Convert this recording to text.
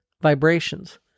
vibrations